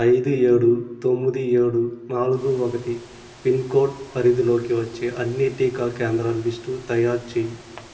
ఐదు ఏడు తొమ్మిది ఏడు నాలుగు ఒకటి పిన్ కోడ్ పరిధిలోకి వచ్చే అన్ని టీకా కేంద్రాల లిస్టు తయారుచేయి